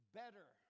better